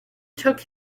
took